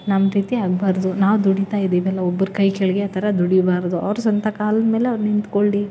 ನಮ್ಮ ರೀತಿ ಆಗ್ಬಾರ್ದು ನಾವು ದುಡಿತಾ ಇದ್ದೀವಲ್ಲ ಒಬ್ರ ಕೈ ಕೆಳಗೆ ಆ ಥರ ದುಡಿಬಾರದು ಅವ್ರ ಸ್ವಂತ ಕಾಲ ಮೇಲೆ ಅವ್ರು ನಿಂತ್ಕೊಳ್ಳಿ